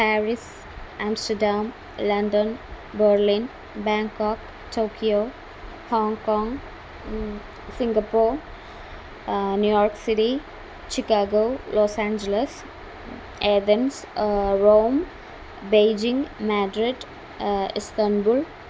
Paris Amsterdam London Berlin Bangkok Tokyo Hong Kong Singapore New York city Chicago Los Angeles एवेम्स् Rome Beijing Madrid Istanbul